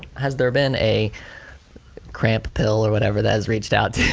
has there been a cramp pill or whatever that has reached out